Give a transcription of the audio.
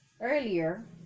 earlier